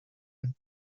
and